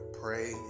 pray